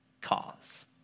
cause